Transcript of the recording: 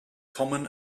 common